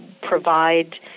provide